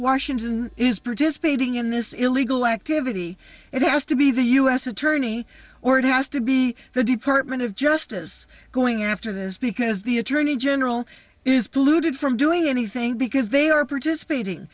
washington is participating in this illegal activity it has to be the u s attorney or it has to be the department of justice going after this because the attorney general is polluted from doing anything because they are participating